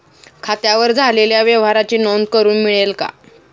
खात्यावर झालेल्या व्यवहाराची नोंद करून मिळेल का?